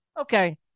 Okay